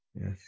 Yes